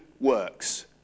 works